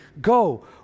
go